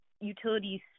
utilities